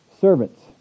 servants